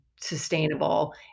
sustainable